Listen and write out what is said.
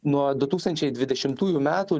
nuo du tūkstančiai dvidešimtųjų metų